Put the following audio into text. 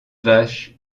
vache